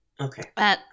Okay